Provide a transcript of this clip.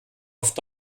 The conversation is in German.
oft